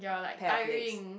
pair of legs